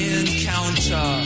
encounter